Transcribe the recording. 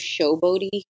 showboaty